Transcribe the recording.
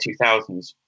2000s